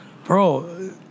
Bro